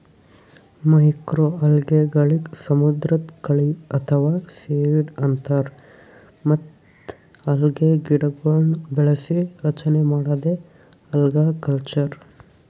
ಮೈಕ್ರೋಅಲ್ಗೆಗಳಿಗ್ ಸಮುದ್ರದ್ ಕಳಿ ಅಥವಾ ಸೀವೀಡ್ ಅಂತಾರ್ ಮತ್ತ್ ಅಲ್ಗೆಗಿಡಗೊಳ್ನ್ ಬೆಳಸಿ ರಚನೆ ಮಾಡದೇ ಅಲ್ಗಕಲ್ಚರ್